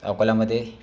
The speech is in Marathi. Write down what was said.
अकोल्यामध्ये